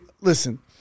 Listen